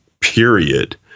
period